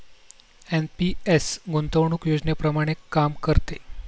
NPS गुंतवणूक योजनेप्रमाणे काम करते